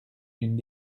d’une